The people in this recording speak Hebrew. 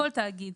כל תאגיד